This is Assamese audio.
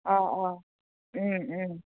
অঁ অঁ